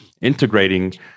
integrating